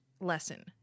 lesson